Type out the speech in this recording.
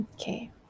Okay